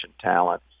talent